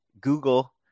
Google